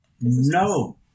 No